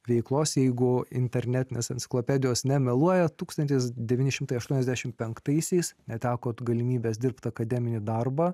veiklos jeigu internetinės enciklopedijos nemeluoja tūkstantis devyni šimtai aštuoniasdešimt penktaisiais netekote galimybės dirbti akademinį darbą